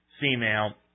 female